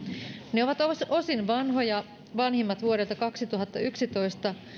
ne ovat osin osin vanhoja vanhimmat vuodelta kaksituhattayksitoista